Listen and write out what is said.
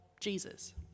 Jesus